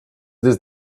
this